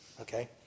Okay